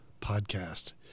podcast